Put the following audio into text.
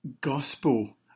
Gospel